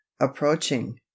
approaching